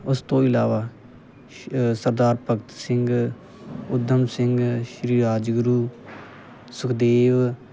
ਉਸ ਤੋਂ ਇਲਾਵਾ ਸ਼ ਸਰਦਾਰ ਭਗਤ ਸਿੰਘ ਊਧਮ ਸਿੰਘ ਸ਼੍ਰੀ ਰਾਜਗੁਰੂ ਸੁਖਦੇਵ